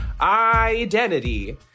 identity